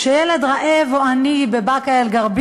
כשילד רעב או עני בבאקה-אל-ע'רביה,